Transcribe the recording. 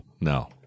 No